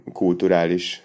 kulturális